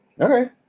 Okay